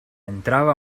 entraba